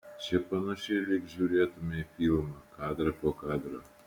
čia panašiai lyg žiūrėtumei filmą kadrą po kadro